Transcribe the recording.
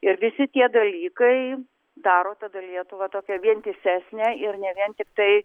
ir visi tie dalykai daro tada lietuvą tokią vientisesnę ir ne vien tiktai